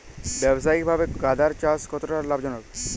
ব্যবসায়িকভাবে গাঁদার চাষ কতটা লাভজনক?